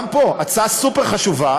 גם פה: הצעה סופר חשובה,